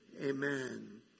Amen